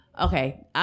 Okay